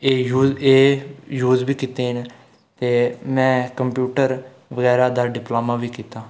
एह् यूज़ बी कीते न ते में कंप्यूटर बगैरा दा डिप्लोमा बी कीता